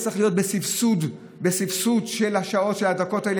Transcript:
המענה צריך להיות בסבסוד של השעות, של הדקות האלה.